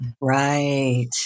Right